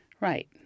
Right